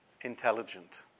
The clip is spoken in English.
intelligent